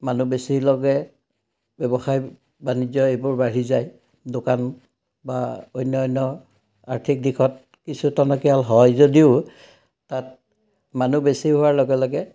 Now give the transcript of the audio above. মানুহ বেছি লগে ব্যৱসায় বাণিজ্য এইবোৰ বাঢ়ি যায় দোকান বা অন্যান্য আৰ্থিক দিশত কিছু টনকিয়াল হয় যদিও তাত মানুহ বেছি হোৱাৰ লগে লগে